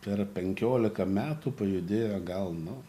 per penkiolika metų pajudėjo gal nu